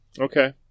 Okay